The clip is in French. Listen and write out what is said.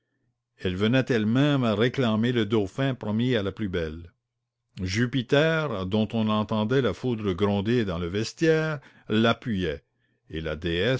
elle venait elle-même réclamer le dauphin promis à la plus belle jupiter dont on entendait la foudre gronder dans le vestiaire l'appuyait et la déesse